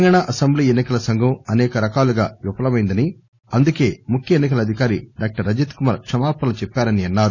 Telangana assembly ఎన్ని కల సంఘం అసేక రకాలుగా విఫలమైందని అందుకే ముఖ్య ఎన్సికల అధికారి డాక్టర్ రజత్ కుమార్ క్షమాపణలు చెప్పారని అన్సారు